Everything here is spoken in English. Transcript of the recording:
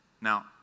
Now